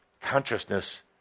consciousness